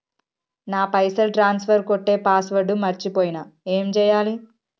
నా పైసల్ ట్రాన్స్ఫర్ కొట్టే పాస్వర్డ్ మర్చిపోయిన ఏం చేయాలి?